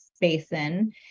basin